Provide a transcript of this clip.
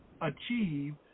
achieve